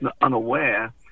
unaware